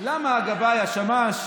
למה הגבאי, השמש,